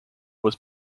was